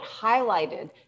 highlighted